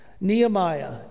Nehemiah